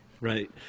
right